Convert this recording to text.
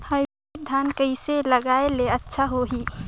Hybrid धान कइसे लगाय ले अच्छा होही?